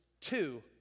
two